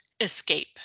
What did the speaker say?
escape